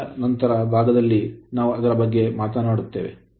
ಚರ್ಚೆಯ ನಂತರದ ಭಾಗದಲ್ಲಿ ನಾವು ಅದರ ಬಗ್ಗೆ ಮಾತನಾಡುತ್ತೇವೆ